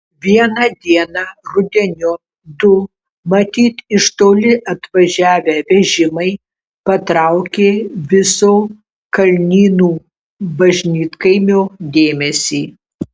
vieną dieną rudeniop du matyt iš toli atvažiavę vežimai patraukė viso kalnynų bažnytkaimio dėmesį